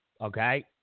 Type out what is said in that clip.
Okay